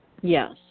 Yes